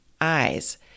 eyes